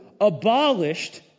abolished